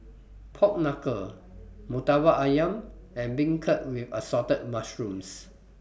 Pork Knuckle Murtabak Ayam and Beancurd with Assorted Mushrooms